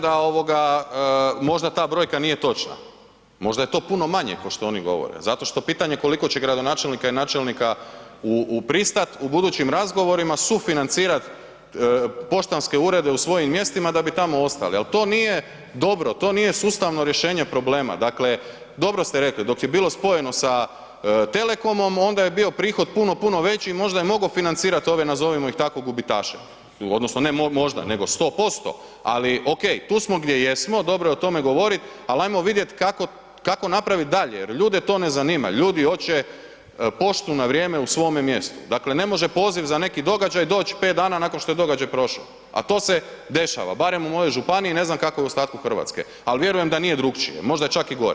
Ja se slažem da ovoga možda ta brojka nije točna, možda je to puno manje košto oni govore, zato što pitanje koliko će gradonačelnika i načelnika u, u, pristat u budućim razgovorima sufinancirat poštanske urede u svojim mjestima da bi tamo ostali, al to nije dobro, to nije sustavno rješenje problema, dakle dobro ste rekli dok je bilo spojeno sa telekomom, onda je bio prihod puno, puno veći i možda je mogo financirat ove nazovimo ih tako, gubitaše odnosno ne možda nego 100%, ali okej, tu smo gdje jesmo, dobro je o tome govorit, al ajmo vidjet kako, kako napravit dalje jer ljude to ne zanima, ljudi oće poštu na vrijeme u svome mjestu, dakle ne može poziv za neki događaj doć 5 dana nakon što je događaj prošo, a to se dešava, barem u mojoj županiji, ne znam kako je u ostatku RH, al vjerujem da nije drukčije, možda je čak i gore.